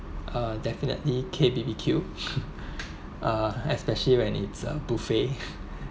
uh definitely k B_B_Q uh especially when it's a buffet